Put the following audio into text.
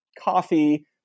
coffee